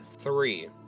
three